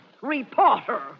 reporter